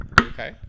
Okay